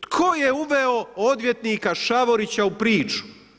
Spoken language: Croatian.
Tko je uveo odvjetnika Šavorića u priču.